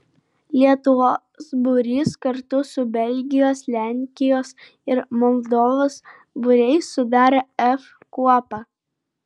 lietuvos būrys kartu su belgijos lenkijos ir moldovos būriais sudarė f kuopą